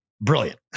brilliant